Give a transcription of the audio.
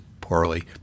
poorly